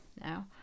now